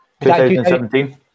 2017